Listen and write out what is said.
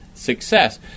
Success